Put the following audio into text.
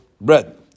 bread